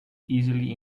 easily